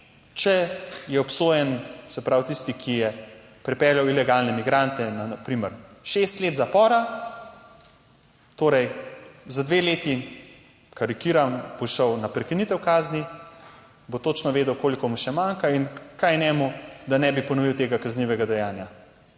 če je obsojen, se pravi, tisti, ki je pripeljal ilegalne migrante, na primer šest let zapora, torej za dve leti, karikiram, bo šel na prekinitev kazni, bo točno vedel koliko mu še manjka in kaj je njemu da ne bi ponovil tega kaznivega dejanja.